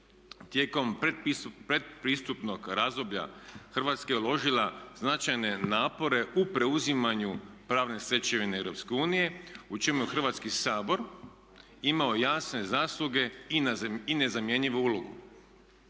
Tijekom pretpristupnog razdoblja Hrvatska je uložila značajne napore u preuzimanju pravne stečevine EU u čemu je Hrvatski sabor imao jasne zasluge i nezamjenjivu ulogu.